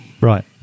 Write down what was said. Right